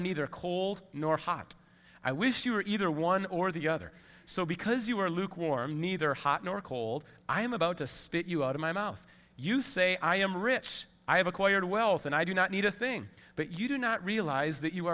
neither cold nor hot i wish you were either one or the other so because you are lukewarm neither hot nor cold i am about to spit you out of my mouth you say i am rich i have acquired wealth and i do not need a thing but you do not realize that you